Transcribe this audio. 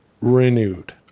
renewed